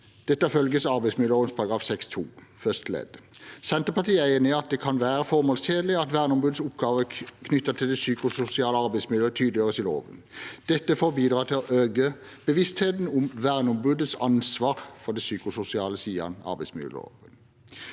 til arbeidsmiljøloven § 6-2 første ledd. Senterpartiet er enig i at det kan være formålstjenlig at verneombudets oppgaver knyttet til det psykososiale arbeidsmiljøet, tydeliggjøres i loven – dette for å bidra til å øke bevisstheten om verneombudets ansvar for de psykososiale sidene av arbeidsmiljøloven.